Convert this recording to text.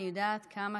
אני יודעת כמה